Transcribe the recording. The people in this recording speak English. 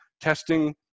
Testing